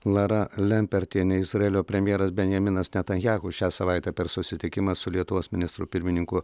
laura lempertienė izraelio premjeras benjaminas netanyahu šią savaitę per susitikimą su lietuvos ministru pirmininku